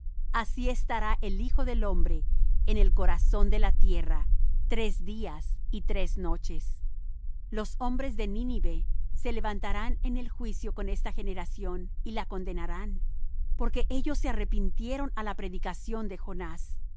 así estará el hijo del hombre en el corazón de la tierra tres días y tres noches los hombres de nínive se levantarán en el juicio con esta generación y la condenarán porque ellos se arrepintieron á la predicación de jonás